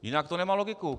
Jinak to nemá logiku.